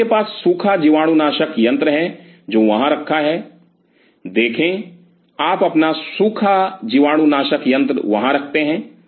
तो आपके पास सूखा जीवाणुनाशक यंत्र है जो वहां रखा है देखें आप अपना सूखा जीवाणुनाशक यंत्र वहाँ रखते हैं